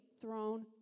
throne